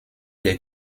des